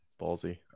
ballsy